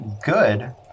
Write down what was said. good